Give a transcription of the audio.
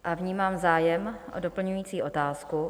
A vnímám zájem o doplňující otázku.